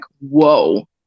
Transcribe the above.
Whoa